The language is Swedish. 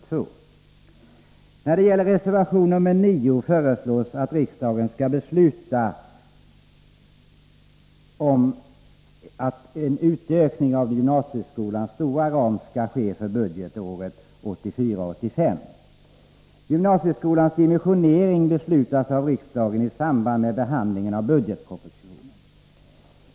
När det gäller reservation 9 föreslås att riksdagen skall besluta om en utökning av gymnasieskolans stora ram för budgetåret 1984/85. Gymnasieskolans dimensionering beslutas av riksdagen i samband med behandlingen av budgetpropositionen.